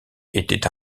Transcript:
était